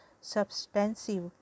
substantive